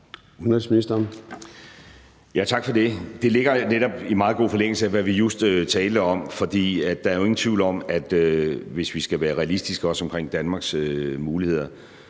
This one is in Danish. Det ligger netop i meget god forlængelse af, hvad vi just talte om, for der er jo, hvis vi skal være realistiske, også omkring Danmarks muligheder,